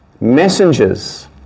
messengers